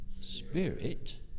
spirit